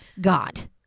God